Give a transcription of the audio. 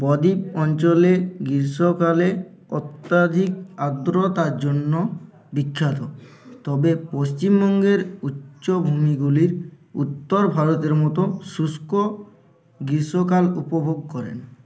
বদ্বীপ অঞ্চলে গীষ্মকালে অত্যাধিক আর্দ্রতার জন্য বিখ্যাত তবে পশ্চিমবঙ্গের উচ্চভূমিগুলির উত্তর ভারতের মতো শুষ্ক গ্রীষ্মকাল উপভোগ করেন